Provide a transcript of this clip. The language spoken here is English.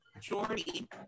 Jordy